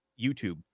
YouTube